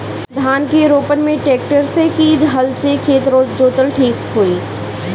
धान के रोपन मे ट्रेक्टर से की हल से खेत जोतल ठीक होई?